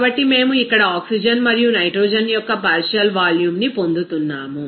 కాబట్టి మేము ఇక్కడ ఆక్సిజన్ మరియు నైట్రోజన్ యొక్క పార్షియల్ వాల్యూమ్ ని పొందుతున్నాము